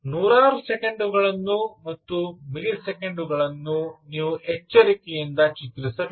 ನೂರಾರು ಸೆಕೆಂಡುಗಳನ್ನು ಮತ್ತು ಮಿಲಿಸೆಕೆಂಡುಗಳನ್ನು ನೀವು ಎಚ್ಚರಿಕೆಯಿಂದ ಚಿತ್ರಿಸಬೇಕು